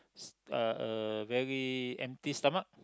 s~ a very empty stomach